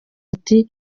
ati